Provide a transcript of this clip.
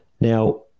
Now